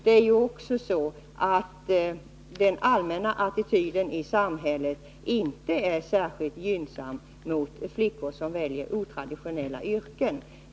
Det är också så att den allmänna attityden i samhället inte är särskilt gynnsam mot flickor som väljer icke-traditionella yrken.